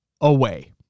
away